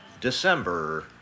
December